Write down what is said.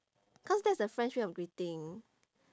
cause that's the french way of greeting